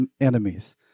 enemies